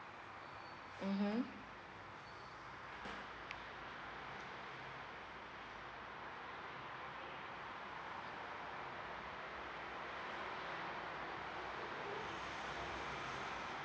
mmhmm